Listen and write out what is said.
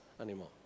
anymore